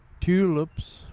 tulips